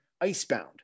Icebound